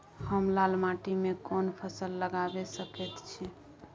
हम लाल माटी में कोन फसल लगाबै सकेत छी?